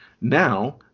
now